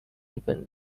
defend